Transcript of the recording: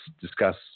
discuss